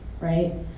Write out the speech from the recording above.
right